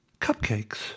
cupcakes